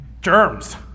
germs